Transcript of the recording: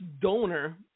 donor